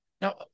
Now